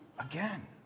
Again